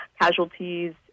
casualties